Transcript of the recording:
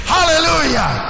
Hallelujah